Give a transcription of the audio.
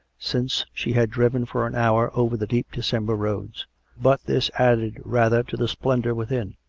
since she had driven for an hour over the deep december roads but this added rather to the splendour within.